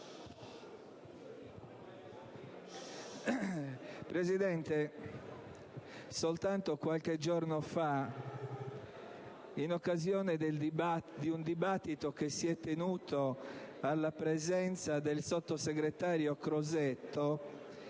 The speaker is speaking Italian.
Presidente, soltanto qualche giorno fa, in occasione di un dibattito che si è tenuto alla presenza del sottosegretario Crosetto,